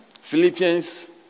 Philippians